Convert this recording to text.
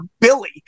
Billy